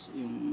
yung